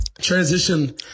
Transition